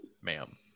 ma'am